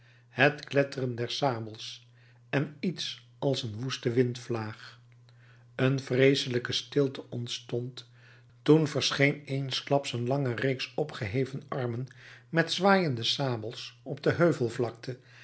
het kletteren der sabels en iets als een woeste windvlaag een vreeselijke stilte ontstond toen verscheen eensklaps een lange reeks opgeheven armen met zwaaiende sabels op de